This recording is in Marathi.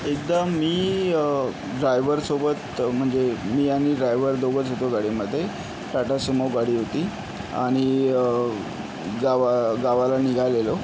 एकदा मी ड्रायवरसोबत म्हणजे मी आणि ड्रायवर दोघंच होतो गाडीमध्ये टाटा सुमो गाडी होती आणि गावा गावाला निघालेलो